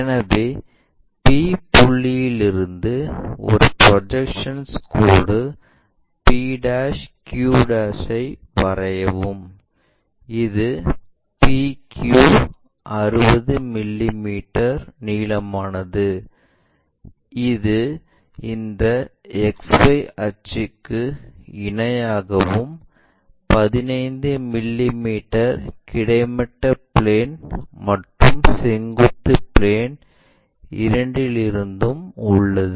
எனவே p புள்ளியிலிருந்து ஒரு ப்ரொஜெக்ஷன் கோடு p q ஐ வரையவும் இது PQ 60 மிமீ நீளமானது இது இந்த XY அச்சுக்கு இணையாகவும் 15 மிமீ கிடைமட்ட பிளேன் மற்றும் செங்குத்து பிளேன் இரண்டிலிருந்தும் உள்ளது